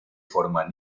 forma